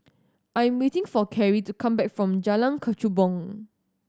I'm waiting for Karrie to come back from Jalan Kechubong